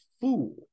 fool